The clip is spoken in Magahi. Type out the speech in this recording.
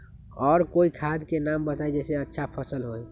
और कोइ खाद के नाम बताई जेसे अच्छा फसल होई?